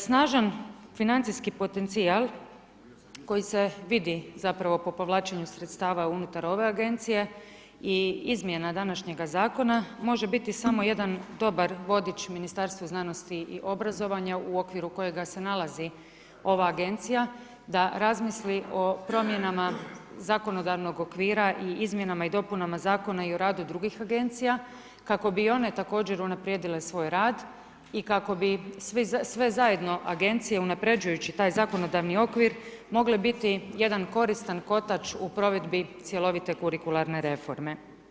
Snažan financijski potencijal koji se vidi po povlačenju sredstava unutar ove agencije i izmjena današnjega zakona može biti samo jedan dobar vodič Ministarstvu znanosti i obrazovanja u okviru kojega se nalazi ova agencija, da razmisli o promjenama zakonodavnog okvira i izmjenama i dopunama zakona i o radu drugih agencija kako bi i one također unaprijedile svoj rad i kako bi sve zajedno agencije unapređujući taj zakonodavni okvir mogle biti jedan koristan kotač u provedbi cjelovite kurikularne reforme.